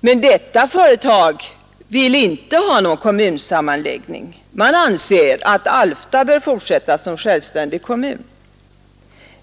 Men detta företag vill inte ha någon sammanläggning; man anser att Alfta bör fortsätta som självständig kommun.